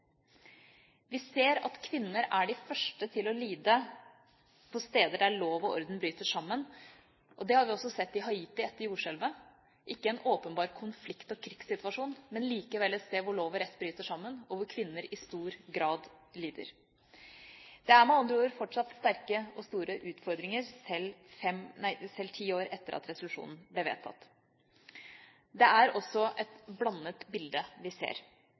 Vi ser at kvinner er de første til å lide på steder der lov og orden bryter sammen. Det har vi også sett i Haiti etter jordskjelvet – ikke en åpenbar konflikt og krigssituasjon, men likevel et sted hvor lov og rett bryter sammen, og hvor kvinner i stor grad lider. Det er med andre ord fortsatt sterke og store utfordringer sjøl ti år etter at resolusjonen ble vedtatt. Det er også et blandet bilde vi ser.